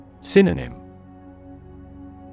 Synonym